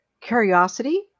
curiosity